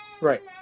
right